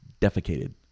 Defecated